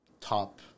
top